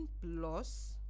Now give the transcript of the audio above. plus